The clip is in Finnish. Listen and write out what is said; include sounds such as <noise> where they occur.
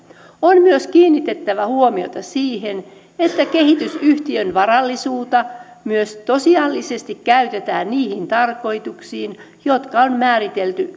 on myös kiinnitettävä huomiota siihen että kehitysyhtiön varallisuutta myös tosiasiallisesti käytetään niihin tarkoituksiin jotka on määritelty <unintelligible>